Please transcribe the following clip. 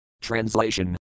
Translation